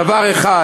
זה דבר אחד.